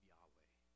Yahweh